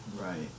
Right